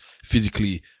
physically